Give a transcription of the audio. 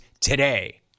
today